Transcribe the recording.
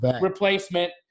replacement